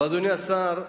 אדוני השר,